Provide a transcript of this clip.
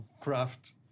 craft